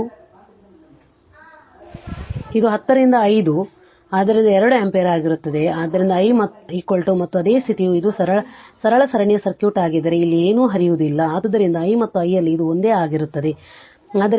ಇದು 10 ರಿಂದ 5 ಆದ್ದರಿಂದ 2 ಆಂಪಿಯರ್ ಆಗಿರುತ್ತದೆ ಆದ್ದರಿಂದ i ಮತ್ತು ಅದೇ ಸ್ಥಿತಿಯು ಇದು ಸರಳ ಸರಣಿ ಸರ್ಕ್ಯೂಟ್ ಆಗಿದ್ದರೆ ಇಲ್ಲಿ ಏನೂ ಹರಿಯುವುದಿಲ್ಲ ಆದ್ದರಿಂದ i ಮತ್ತು i L ಇದು ಒಂದೇ ಆಗಿರುತ್ತದೆ